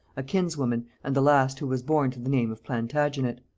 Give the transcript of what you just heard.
a kinswoman, and the last who was born to the name of plantagenet.